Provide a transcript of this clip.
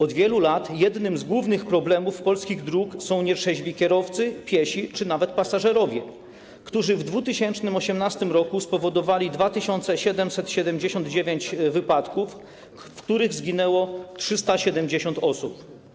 Od wielu lat jednym z głównych problemów polskich dróg są nietrzeźwi kierowcy, piesi czy nawet pasażerowie, którzy w 2018 r. spowodowali 2779 wypadków, w których zginęło 370 osób.